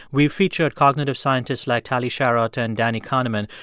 we've featured cognitive scientists like tali sharot and danny kahneman.